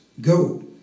go